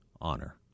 honor